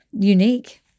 unique